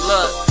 Look